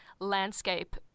Landscape